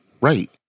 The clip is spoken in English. Right